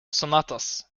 sonatas